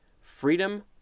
Freedom